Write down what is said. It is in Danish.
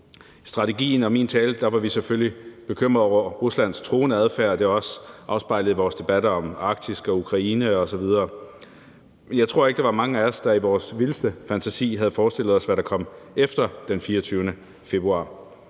I strategien og i min tale var vi selvfølgelig bekymrede over Ruslands truende adfærd, og det blev også afspejlet i vores debatter om Arktis, Ukraine osv. Jeg tror ikke, der var mange af os, der i vores vildeste fantasi havde forestillet os, hvad der kom efter den 24. februar: